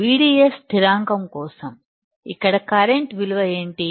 VDS స్థిరాంకం కోసం ఇక్కడ కరెంట్ విలువ ఏమిటి